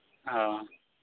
ᱚᱻ